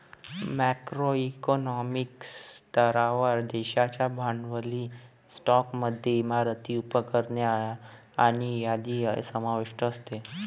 macro economic स्तरावर, देशाच्या भांडवली स्टॉकमध्ये इमारती, उपकरणे आणि यादी समाविष्ट असते